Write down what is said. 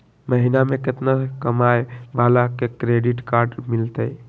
महीना में केतना कमाय वाला के क्रेडिट कार्ड मिलतै?